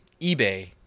eBay